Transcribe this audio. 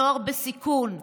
נוער בסיכון,